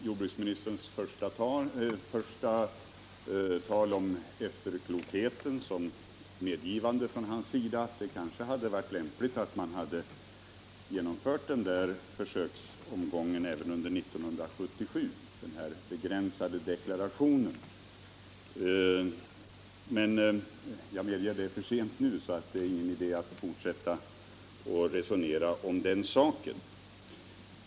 Herr talman! Jag tar jordbruksministerns tal om efterklokheten som ett medgivande från hans sida att det hade varit lämpligt att man hade genomfört åtminstone den begränsade deklarationen även under 1977. Men jag medger att det är för sent nu, så det är ingen idé att fortsätta att resonera om den saken.